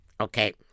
Okay